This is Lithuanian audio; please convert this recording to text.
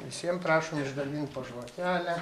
visiem prašom išdalint po žvakelę